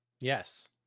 Yes